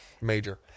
Major